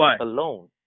alone